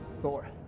Thor